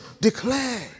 declare